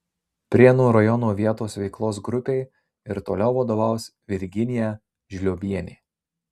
prienų rajono vietos veiklos grupei ir toliau vadovaus virginija žliobienė